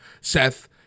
Seth